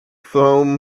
foam